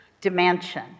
dimension